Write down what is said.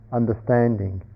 understanding